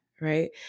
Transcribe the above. right